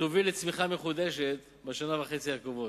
ותוביל לצמיחה מחודשת בשנה וחצי הקרובה.